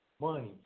money